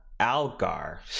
Algar